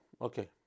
okay